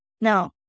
now